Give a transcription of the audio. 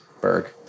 Berg